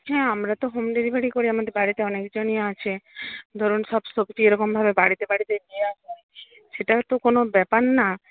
হ্যাঁ আমরা তো হোম ডেলিভারি করি আমাদের বাড়িতে অনেকজনই আছে ধরুন সব সবজি এরকমভাবে বাড়িতে বাড়িতে দেওয়া হয় সেটা তো কোনো ব্যাপার না